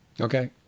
Okay